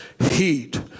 heat